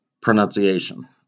pronunciation